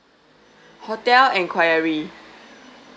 hotel enquiry